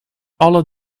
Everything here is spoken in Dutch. alle